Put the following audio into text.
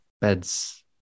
beds